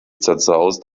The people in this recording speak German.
zerzaust